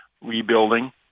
rebuilding